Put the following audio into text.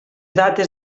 dates